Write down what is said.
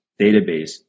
database